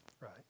Right